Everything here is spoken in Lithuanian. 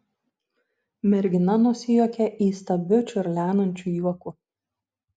mergina nusijuokė įstabiu čiurlenančiu juoku